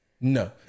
No